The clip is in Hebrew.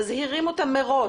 מזהירים אותם מראש,